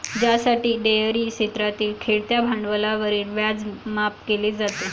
ज्यासाठी डेअरी क्षेत्रातील खेळत्या भांडवलावरील व्याज माफ केले जाईल